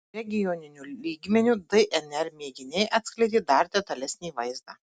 regioniniu lygmeniu dnr mėginiai atskleidė dar detalesnį vaizdą